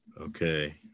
Okay